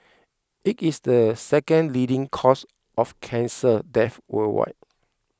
it is the second leading cause of cancer death worldwide